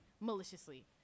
maliciously